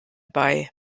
bei